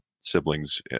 siblings